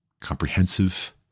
comprehensive